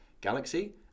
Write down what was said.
Galaxy